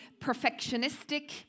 perfectionistic